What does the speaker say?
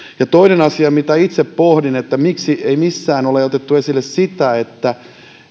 toinen asia mitä itse pohdin on että miksi ei missään ole otettu esille sitä että